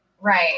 right